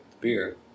beer